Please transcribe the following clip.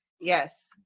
Yes